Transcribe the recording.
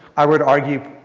i would argue,